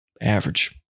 Average